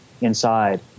inside